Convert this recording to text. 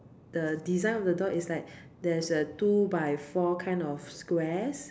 the design of the door is like there's a two by four kind of squares